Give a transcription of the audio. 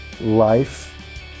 life